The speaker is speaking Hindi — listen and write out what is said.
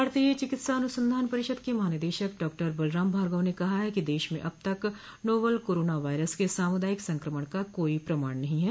भारतीय चिकित्सा अनसधान परिषद के महानिदेशक डॉक्टर बलराम भार्गव ने कहा है कि देश में अब तक नोवल कोरोना वायरस के सामूदायिक संक्रमण का कोई प्रमाण नहीं है